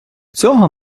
цього